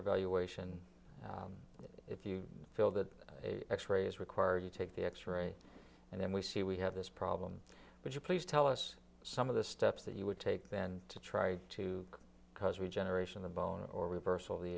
evaluation if you feel that x rays require you take the x ray and then we see we have this problem would you please tell us some of the steps that you would take been to try to cause regeneration the bone or reversal the